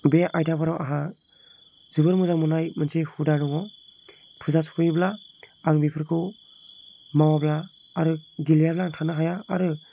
बे आयदाफोराव आंहा जोबोर मोजां मोननाय मोनसे हुदा दङ फुजा सफैयोब्ला आं बेफोरखौ मावाब्ला आरो गेलेयाब्ला आं थानो हाया आरो